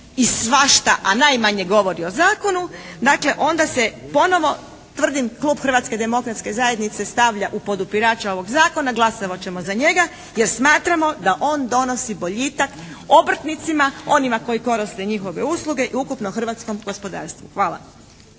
i svašta a najmanje govori o zakonu dakle onda se ponovo tvrdim Klub Hrvatske demokratske zajednice stavlja u podupirače ovog zakona. Glasovat ćemo za njega jer smatramo da on donosi boljitak obrtnicima, onima koji koriste njihove usluge i ukupno hrvatskom gospodarstvu. Hvala.